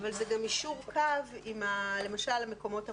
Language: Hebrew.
אבל זה גם יישור קו למשל עם מקומות עבודה,